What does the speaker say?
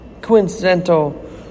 coincidental